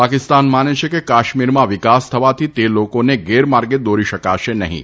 પાકિસ્તાન માને છે કે કાશ્મીરમાં વિકાસ થવાથી તે લોકોને ગેરમાર્ગે દોરી શકશે નહિં